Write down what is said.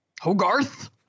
Hogarth